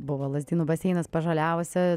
buvo lazdynų baseinas pažaliavusi